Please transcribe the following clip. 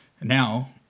now